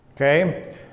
Okay